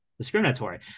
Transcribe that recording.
discriminatory